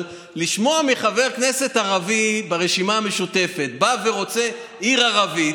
אבל לשמוע מחבר כנסת ערבי ברשימה המשותפת שהוא בא ורוצה עיר ערבית,